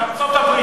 בארצות-הברית.